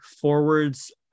forwards